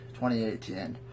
2018